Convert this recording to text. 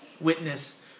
witness